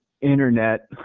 internet